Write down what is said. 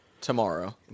tomorrow